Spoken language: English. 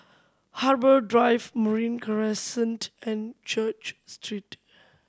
Harbour Drive Marine Crescent and Church Street